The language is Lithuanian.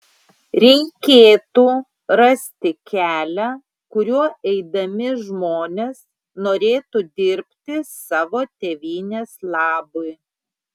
reikėtų rasti kelią kuriuo eidami žmonės norėtų dirbti savo tėvynės labui